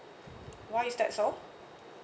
why is that so